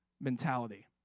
mentality